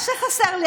חבר הכנסת בן צור,